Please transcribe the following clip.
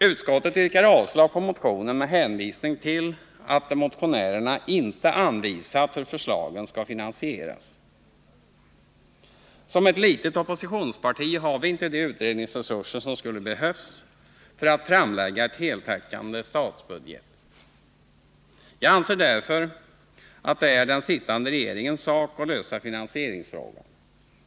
Utskottet yrkar avslag på motionen med hänvisning till att motionärerna inte anvisat hur förslagen skall finansieras. Som ett litet oppositionsparti har vi inte de utredningsresurser som skulle behövas för att framlägga en heltäckande statsbudget. Jag anser därför att det är den sittande regeringens sak att lösa finansieringsfrågan.